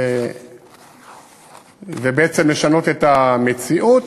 ובעצם לשנות את המציאות.